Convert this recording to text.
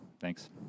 Thanks